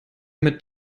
mit